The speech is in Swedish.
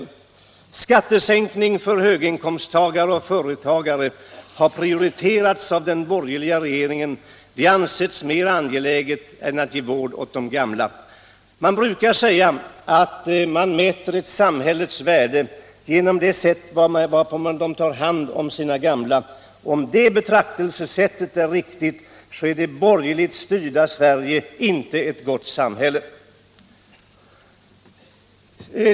En skattesänkning för höginkomsttagare och företagare har prioriterats av den borgerliga regeringen. Den har ansetts mera angelägen än att ge vård åt de gamla. Man brukar säga att ett samhälles värde kan mätas genom det sätt varpå det tar hand om sina gamla. Om det betraktelsesättet är riktigt, är det borgerligt styrda Sverige inte något gott samhälle.